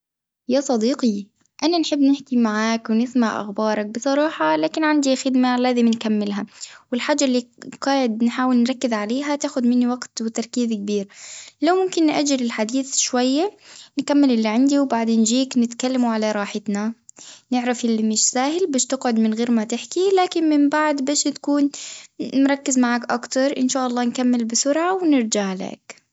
يا صديقي أنا نحب نحكي معاك ونسمع أخبارك بصراحة، لكن عندي خدمة لازم نكملها والحاجة اللي قاعد نحاول نركز عليها تاخد مني وقت وتركيز كبير، لو ممكن نأجل الحديث شوية نكمل اللي عندي وبعدين جيك نتكلموا على راحتنا، نعرف إنه اللي مش سهل باش تقعد من غير ما تحكي، لكن من بعد باش تكون مركز معك تكتر إن شاء الله نكمل بسرعة ونرجع لك.